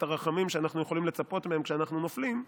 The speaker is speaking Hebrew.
הרחמים שאנחנו יכולים לצפות מהם כשאנחנו נופלים,